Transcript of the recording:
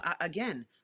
again